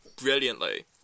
Brilliantly